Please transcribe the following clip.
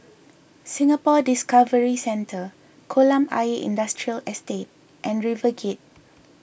Singapore Discovery Centre Kolam Ayer Industrial Estate and RiverGate